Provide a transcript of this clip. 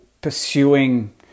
pursuing